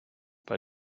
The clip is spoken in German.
bei